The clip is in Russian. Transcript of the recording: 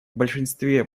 большинстве